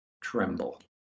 tremble